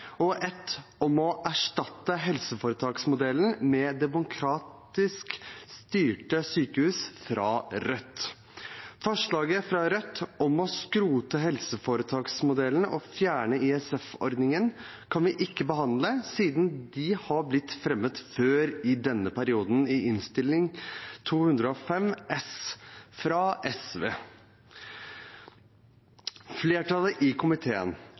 å erstatte helseforetaksmodellen med demokratisk styrte sykehus, fra Rødt. Forslaget fra Rødt om å skrote helseforetaksmodellen og fjerne ISF-ordningen kan vi ikke behandle, siden det har blitt behandlet før i denne perioden, i Innst. 205 S for 2020–2021, etter representantforslag fra Senterpartiet. Flertallet i komiteen